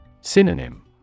Synonym